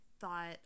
thought